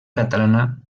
catalana